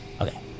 Okay